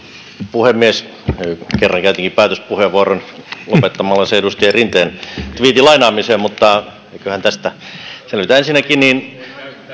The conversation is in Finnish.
puhemies kerran jo käytinkin päätöspuheenvuoron ja lopetin sen edustaja rinteen tviitin lainaamiseen mutta eiköhän tästä selvitä ensinnäkin